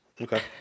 Okay